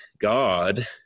god